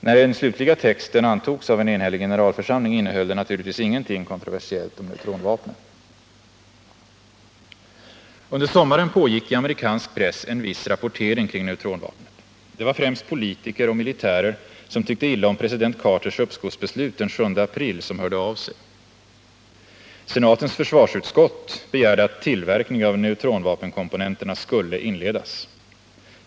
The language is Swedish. När den slutliga texten antogs av en enhällig generalförsamling innehöll den naturligtvis ingenting kontroversiellt om neutronvapnet. Under sommaren pågick i amerikansk press en viss rapportering om neutronvapnet. Det var främst politiker och militärer som tyckte illa om president Carters uppskovsbeslut den 7 april som hörde av sig. Senatens försvarsutskott begärde att tillverkning av neutronvapenkomponenterna skulle inledas.